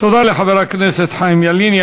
לחבר הכנסת חיים ילין.